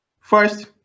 First